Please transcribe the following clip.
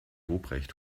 ruprecht